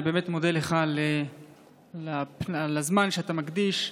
אני באמת מודה לך על הזמן שאתה מקדיש.